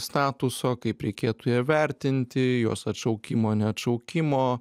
statuso kaip reikėtų ją ir vertinti jos atšaukimo neatšaukimo